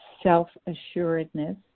Self-assuredness